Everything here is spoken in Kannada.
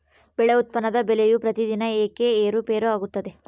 ಬೆಳೆಗಳ ಉತ್ಪನ್ನದ ಬೆಲೆಯು ಪ್ರತಿದಿನ ಏಕೆ ಏರುಪೇರು ಆಗುತ್ತದೆ?